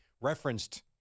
referenced